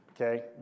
okay